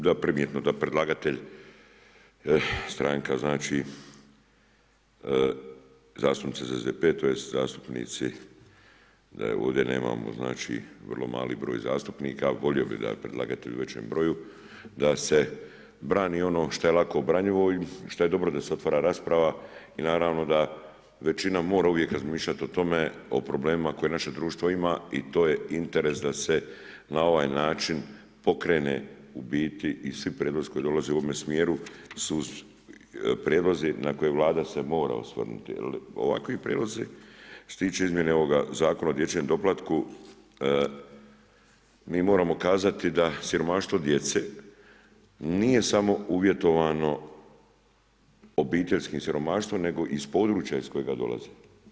Da, primjetno da predlagatelj stranka znači, zastupnici iz SDP-a, tj. zastupnici da je ovdje nemamo, znači vrlo mali broj zastupnika, ali volio bih da je predlagatelj u većem broju, da se brani ono što je lako obranjivo i što je dobro da se otvara rasprava i naravno da većina mora uvijek razmišljati o tome, o problemima koje naše društvo ima i to je interes da se na ovaj način pokrene u biti, i svi prijedlozi koji dolaze u ovome smjeru su prijedlozi na koje Vlada se mora osvrnuti jer ovakvi prijedlozi, što se tiče izmjene ovoga Zakona o dječjem doplatku, mi moramo kazati da siromaštvo djece nije samo uvjetovano obiteljskim siromaštvom, nego i iz područja iz kojega dolaze.